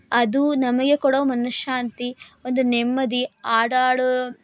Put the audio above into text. ಅದು ನಮಗೆ ಕೊಡೋ ಮನಶ್ಶಾಂತಿ ಒಂದು ನೆಮ್ಮದಿ ಹಾಡಾಡೋ